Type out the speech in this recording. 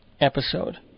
episode